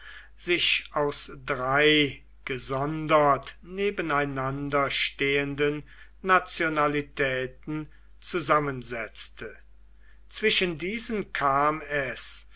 sich aus drei gesondert nebeneinander stehenden nationalitäten zusammensetzte zwischen diesen kam es